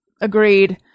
Agreed